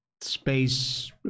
space